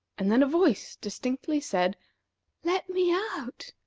and then a voice distinctly said let me out!